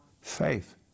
faith